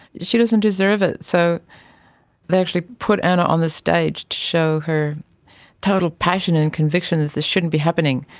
she doesn't deserve it. so they actually put anna on the stage to show her total passion and conviction that this shouldn't be happening.